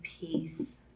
peace